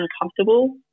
uncomfortable